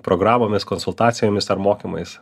programomis konsultacijomis ar mokymais